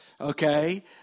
okay